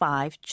Five